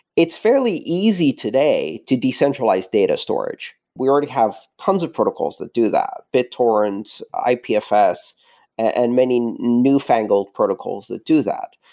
it's fairly easy today to decentralized data storage. we already have tons of protocols that do that, bittorrent, i pfs and many newfangled protocols that do that,